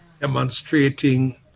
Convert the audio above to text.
Demonstrating